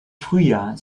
frühjahr